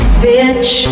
bitch